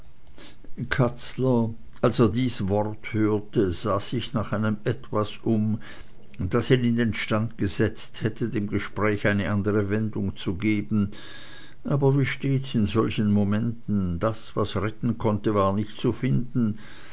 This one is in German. katzler als er dies wort hörte sah sich nach einem etwas um das ihn in den stand gesetzt hätte dem gespräch eine andere wendung zu geben aber wie stets in solchen momenten das was retten konnte war nicht zu finden